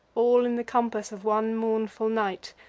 all in the compass of one mournful night,